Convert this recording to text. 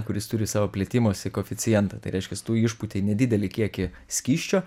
kuris turi savo plėtimosi koeficientą tai reiškias tu išpūtei nedidelį kiekį skysčio